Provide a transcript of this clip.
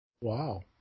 Wow